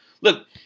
Look